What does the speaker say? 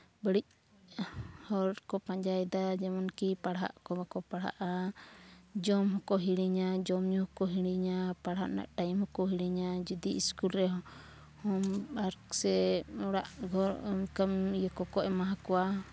ᱵᱟᱹᱲᱤᱡ ᱦᱚᱨ ᱠᱚ ᱯᱟᱸᱡᱟᱭᱮᱫᱟ ᱡᱮᱢᱚᱱ ᱠᱤ ᱯᱟᱲᱦᱟᱜ ᱠᱚ ᱵᱟᱠᱚ ᱯᱟᱲᱦᱟᱜᱼᱟ ᱡᱚᱢ ᱦᱚᱸᱠᱚ ᱦᱤᱲᱤᱧᱟ ᱡᱚᱢᱼᱧᱩ ᱦᱚᱸᱠᱚ ᱦᱤᱲᱤᱧᱟ ᱯᱟᱲᱡᱟᱜ ᱨᱮᱱᱟᱜ ᱴᱟᱹᱭᱤᱢ ᱦᱚᱸᱠᱚ ᱦᱤᱲᱤᱧᱟ ᱡᱩᱫᱤ ᱥᱠᱩᱞ ᱨᱮ ᱦᱳᱢᱼᱚᱣᱟᱨᱠ ᱥᱮ ᱜᱷᱚᱨ ᱠᱟᱹᱢᱤ ᱠᱚᱠᱚ ᱮᱢᱟ ᱠᱚᱣᱟ